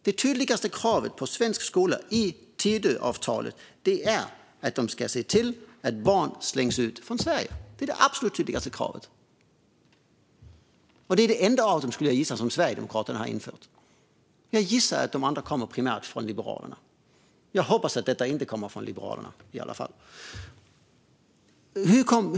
Det tydligaste kravet på svensk skola i Tidöavtalet är att lärarna ska se till att barn slängs ut från Sverige. Det är det absolut tydligaste kravet. Jag gissar att det är det enda av kraven som införts av Sverigedemokraterna, och jag gissar att de andra primärt kommer från Liberalerna. Jag hoppas i alla fall att det kravet inte kommer från Liberalerna.